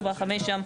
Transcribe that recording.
74 ו-75 שם.